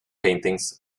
paintings